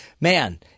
man